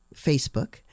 facebook